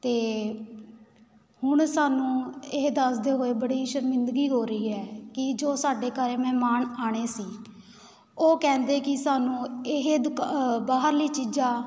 ਅਤੇ ਹੁਣ ਸਾਨੂੰ ਇਹ ਦੱਸਦੇ ਹੋਏ ਬੜੀ ਸ਼ਰਮਿੰਦਗੀ ਹੋ ਰਹੀ ਹੈ ਕਿ ਜੋ ਸਾਡੇ ਘਰ ਮਹਿਮਾਨ ਆਉਣੇ ਸੀ ਉਹ ਕਹਿੰਦੇ ਕਿ ਸਾਨੂੰ ਇਹ ਦਕ ਬਾਹਰਲੀ ਚੀਜ਼ਾਂ